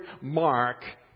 mark